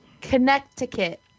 Connecticut